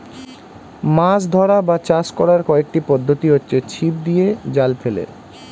মাছ ধরা বা চাষ করার কয়েকটি পদ্ধতি হচ্ছে ছিপ দিয়ে, জাল ফেলে